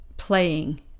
playing